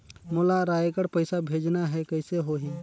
मोला रायगढ़ पइसा भेजना हैं, कइसे होही?